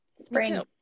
Spring